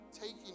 taking